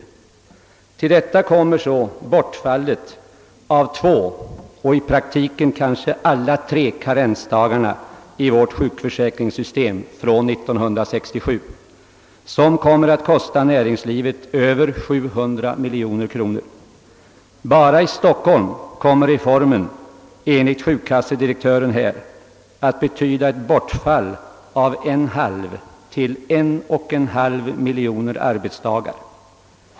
Därtill bör fogas slopandet fr.o.m. 1967 av två och i praktiken kanske alla tre karensdagarna vid sjukdom, något som kommer att kosta näringslivet över 700 miljoner kronor — bara i Stockholm kommer reformen enligt sjukkassedirektören att medföra ett bortfall av 1/2 till 1,5 miljon arbetsdagar.